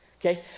okay